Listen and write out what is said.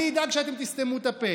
אני אדאג שאתם תסתמו את הפה.